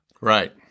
Right